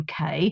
UK